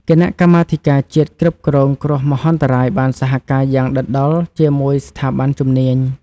គណៈកម្មាធិការជាតិគ្រប់គ្រងគ្រោះមហន្តរាយបានសហការយ៉ាងដិតដល់ជាមួយស្ថាប័នជំនាញ។